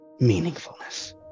meaningfulness